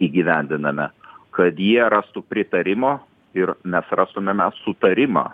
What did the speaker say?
įgyvendiname kad jie rastų pritarimo ir mes rastumėme sutarimą